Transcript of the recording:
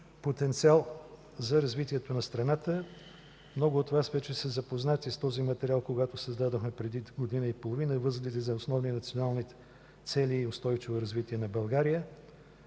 потенциал за развитието на страната. Много от Вас вече са запознати с този материал, когато създадохме преди година и половина –„Възгледи за основни национални цели и устойчиво развитие на България”.